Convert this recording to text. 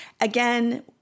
again